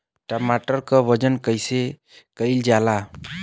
टमाटर क वजन कईसे कईल जाला?